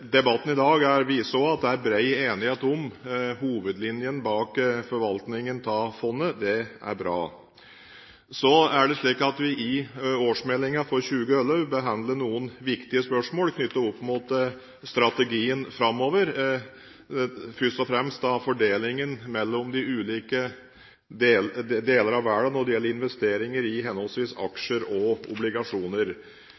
Debatten i dag viser også at det er bred enighet om hovedlinjene i forvaltningen av fondet. Det er bra. I årsmeldingen for 2011 behandlet vi noen viktige spørsmål knyttet til strategien framover – først og fremst fordelingen mellom de ulike deler av verden når det gjelder investeringer i henholdsvis